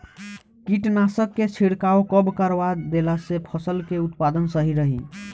कीटनाशक के छिड़काव कब करवा देला से फसल के उत्पादन सही रही?